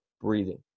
breathing